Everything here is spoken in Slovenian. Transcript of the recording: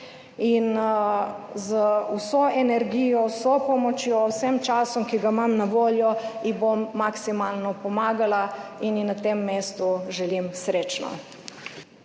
In z vso energijo, z vso pomočjo, vsem časom, ki ga imam na voljo, ji bom maksimalno pomagala in ji na tem mestu želim srečno.